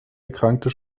erkrankte